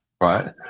right